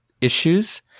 issues